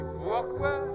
pourquoi